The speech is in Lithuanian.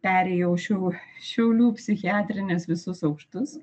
perėjau šiau šiaulių psichiatrinės visus aukštus